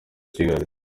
kigali